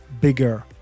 bigger